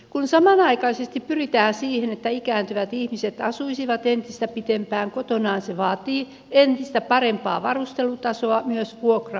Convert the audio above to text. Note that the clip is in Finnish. kun samanaikaisesti pyritään siihen että ikääntyvät ihmiset asuisivat entistä pitempään kotonaan se vaatii entistä parempaa varustelutasoa myös vuokra asunnoilta